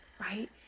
right